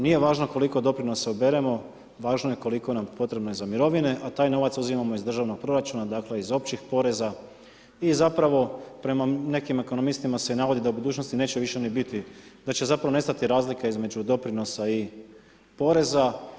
Nije važno koliko doprinosa uberemo, važno je koliko nam je potrebno za mirovine a taj novac uzimamo iz državnog proračuna, dakle iz općih poreza i zapravo prema nekim ekonomistima se navodi da u budućnosti neće više ni biti, da će zapravo nestati razlika između doprinosa i poreza.